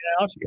out